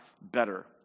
better